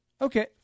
okay